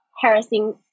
harassing